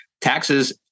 Taxes